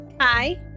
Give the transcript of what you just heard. Hi